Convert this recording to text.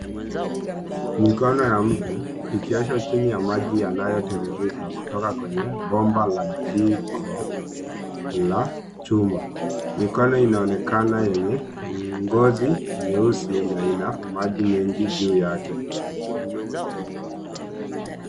Mikono ya mtu, ikioshwa chini ya maji yanayotiririka kutoka kwenye bomba la jiko la chuma. Mikono inaonekana yenye ngozi nyeusi na ina maji mengi juu yake.